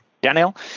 Daniel